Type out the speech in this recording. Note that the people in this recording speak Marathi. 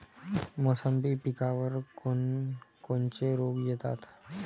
मोसंबी पिकावर कोन कोनचे रोग येतात?